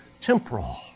temporal